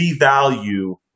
devalue